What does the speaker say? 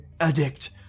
addict